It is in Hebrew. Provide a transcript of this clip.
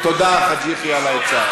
תודה, חאג' יחיא, על העצה.